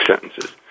sentences